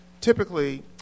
typically